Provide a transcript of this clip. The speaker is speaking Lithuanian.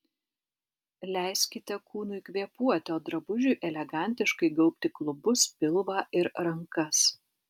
leiskite kūnui kvėpuoti o drabužiui elegantiškai gaubti klubus pilvą ir rankas